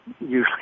usually